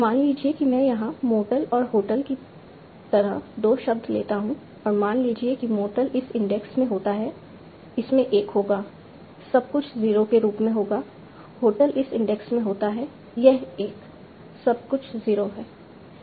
मान लीजिए कि मैं यहाँ मोटल और होटल की तरह 2 शब्द लेता हूँ और मान लीजिए कि मोटल इस इंडेक्स में होता है इसमें 1 होगा सब कुछ 0 के रूप में होगा होटल इस इंडेक्स में होता है यह 1 सब कुछ 0 है